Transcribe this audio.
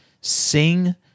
sing